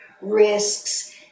risks